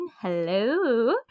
hello